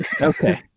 Okay